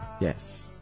Yes